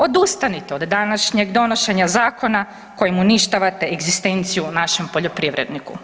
Odustanite od današnjeg donošenja zakona kojim uništavate egzistenciju našem poljoprivredniku.